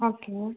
okay